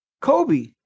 Kobe